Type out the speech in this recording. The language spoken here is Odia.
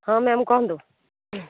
ହଁ ମ୍ୟାମ୍ କୁହନ୍ତୁ